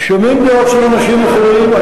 שומעים דעות של אנשים אחרים.